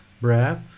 breath